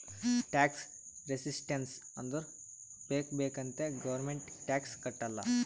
tax resistance ಅಂದುರ್ ಬೇಕ್ ಬೇಕ್ ಅಂತೆ ಗೌರ್ಮೆಂಟ್ಗ್ ಟ್ಯಾಕ್ಸ್ ಕಟ್ಟಲ್ಲ